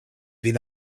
vin